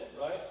right